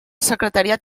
secretariat